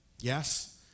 Yes